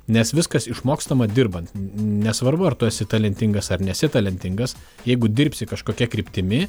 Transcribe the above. nes viskas išmokstama dirbant nesvarbu ar tu esi talentingas ar nesi talentingas jeigu dirbsi kažkokia kryptimi